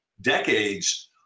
decades